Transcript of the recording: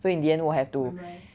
so in the end 我 have to